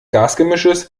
gasgemischs